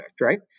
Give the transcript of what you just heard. right